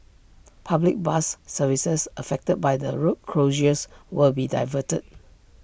public bus services affected by the road closures will be diverted